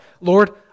Lord